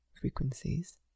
frequencies